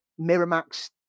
Miramax